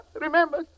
Remember